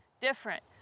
different